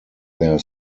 their